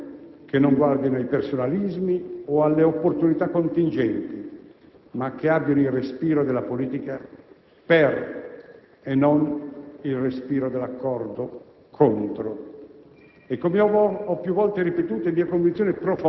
Come ha giustamente osservato ieri il Presidente della Repubblica parlando alle Camere riunite per celebrare il sessantesimo anniversario della nostra Carta fondamentale, noi abbiamo un urgente bisogno di riforme.